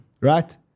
right